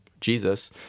Jesus